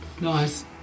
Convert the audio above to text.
Nice